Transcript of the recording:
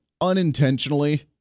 unintentionally